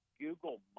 Google